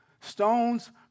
Stones